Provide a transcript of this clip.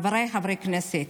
חבריי חברי הכנסת,